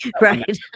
right